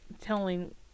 telling